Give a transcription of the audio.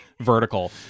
vertical